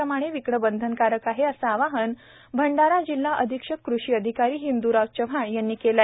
प्रमाणे विकणे बंधनकारक आहे असे आवाहन भंडारा जिल्हा अधिक्षक कृषि अधिकारी हिंद्राव चव्हाण यांनी केले आहे